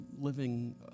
living